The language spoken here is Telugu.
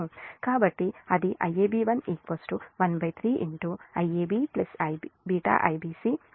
కాబట్టి అది Iab1 13 Iab β Ibc β2 Ica